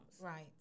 Right